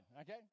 okay